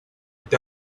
with